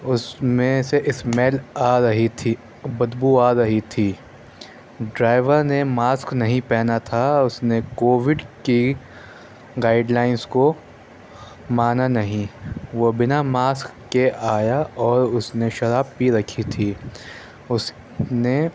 اس میں سے اسمیل آ رہی تھی بدبو آ رہی تھی ڈرائیور نے ماسک نہیں پہنا تھا اس نے کووڈ کی گائڈ لائنز کو مانا نہیں وہ بنا ماسک کے آیا اور اس نے شراب پی رکھی تھی اس نے